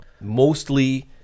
mostly